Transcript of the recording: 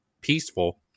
peaceful